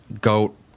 goat